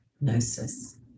Gnosis